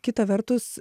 kita vertus